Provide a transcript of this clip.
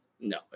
no